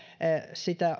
sitä